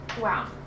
Wow